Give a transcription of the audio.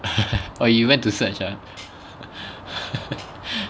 oh you went to search ah